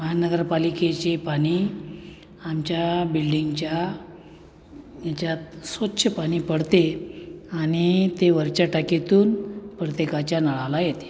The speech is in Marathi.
महानगरपालिकेचे पाणी आमच्या बिल्डिंगच्या याच्यात स्वच्छ पाणी पडते आणि ते वरच्या टाकीतून प्रत्येकाच्या नळाला येते